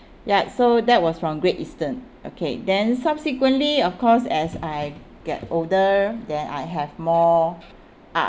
ya so that was from great eastern okay then subsequently of course as I get older than I have more uh